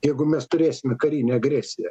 jeigu mes turėsime karinę agresiją